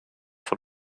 von